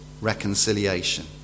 reconciliation